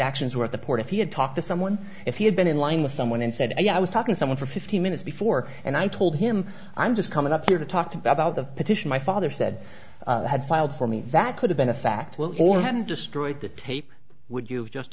actions were at the port if he had talked to someone if he had been in line with someone and said i was talking to someone for fifteen minutes before and i told him i'm just coming up here to talk about the petition my father said had filed for me that could have been a fact well or hadn't destroyed the tape would you